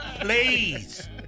please